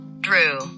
Drew